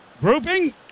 grouping